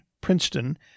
Princeton